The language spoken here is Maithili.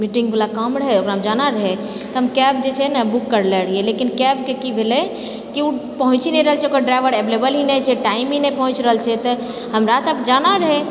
मीटिङ्ग वला काम रहै ओकरामे जाना रहै तऽ हम कैब जे छै ने बुक करले रहिऐ लेकिन कैबके की भेलै की ओ पहुँची नहि रहल छै ओकर ड्राइवर अवेलेबल ही नहि छै टाइम ही नहि पहुँच रहल छै तऽ हमरा तऽ जाना रहै